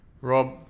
Rob